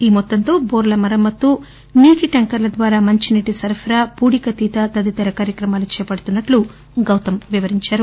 ఈ మొత్తంతో బోర్ల మరమ్మత్తు నీటి టాంకర్ల ద్వారా మంచినీటి సరఫరా పూడికతీత తదితర కార్యక్రమాలు చేపడుతున్నట్లు గౌతమ్ వివరించారు